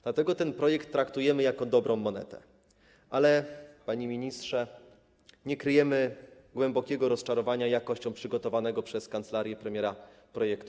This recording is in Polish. Dlatego ten projekt ustawy traktujemy jako dobrą monetę, ale, panie ministrze, nie kryjemy głębokiego rozczarowania jakością przygotowanego przez kancelarię premiera projektu.